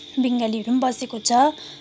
बङ्गालीहरू पनि बसेको छ